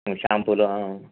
షాంపూలు